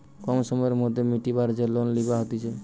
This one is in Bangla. কম সময়ের মধ্যে মিটাবার যে লোন লিবা হতিছে